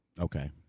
Okay